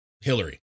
hillary